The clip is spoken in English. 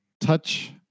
touch